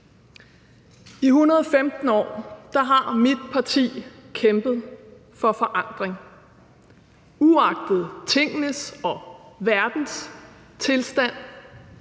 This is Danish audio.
I 115 år har mit parti kæmpet for forandring. Uagtet tingenes og verdens tilstand